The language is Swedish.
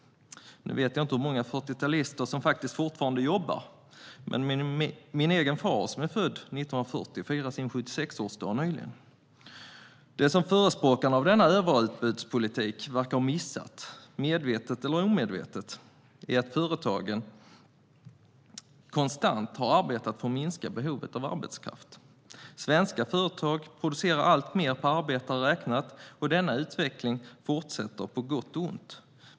Nu vet jag inte hur många 40-talister som faktisk fortfarande jobbar, men jag tänker på min egen far som är född 1940 och nyligen firade sin 76-årsdag. Det som förespråkarna av denna överutbudspolitik verkar ha missat, medvetet eller omedvetet, är att företagen konstant har arbetat för att minska behovet av arbetskraft. Svenska företag producerar alltmer per arbetare räknat och denna utveckling fortsätter, på gott och ont.